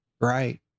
Right